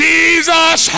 Jesus